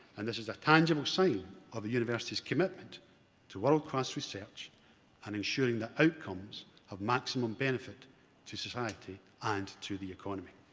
and this is a tangible sign of university's commitment to world-class research and ensuring the outcomes of maximum benefit to society and to the economy.